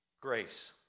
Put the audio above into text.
Grace